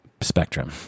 spectrum